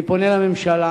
אני פונה לממשלה.